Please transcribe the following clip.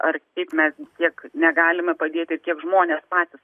ar kaip mes kiek negalime padėti kiek žmonės patys